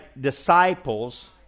disciples